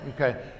Okay